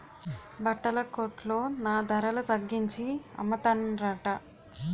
బట్టల కొట్లో నా ధరల తగ్గించి అమ్మతన్రట